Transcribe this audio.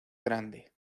grande